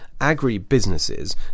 agri-businesses